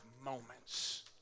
moments